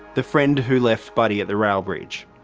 the friend who left buddy at the rail bridge.